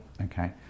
okay